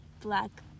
black